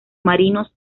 marinos